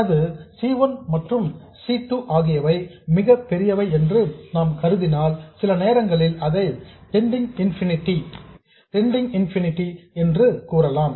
எனது C 1 மற்றும் C 2 ஆகியவை மிக பெரியவை என்று நாம் கருதினால் சில நேரங்களில் அதை டெண்டிங் இன்ஃபினிட்டி என்று கூறலாம்